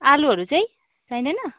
आलुहरू चाहिँ चाहिँदैन